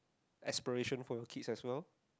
expiration for your kid as well